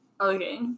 Okay